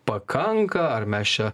pakanka ar mes čia